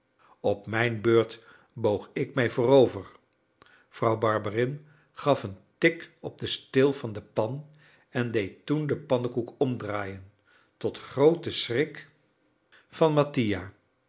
op mijne beurt boog ik mij voorover vrouw barberin gaf een tik op den steel van de pan en deed toen den pannekoek omdraaien tot grooten schrik van mattia